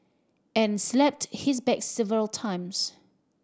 and slapped his back several times